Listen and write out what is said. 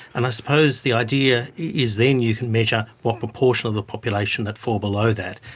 and i suppose the idea is then you can measure what proportion of the population that fall below that,